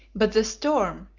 but the storm,